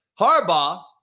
Harbaugh